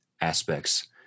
aspects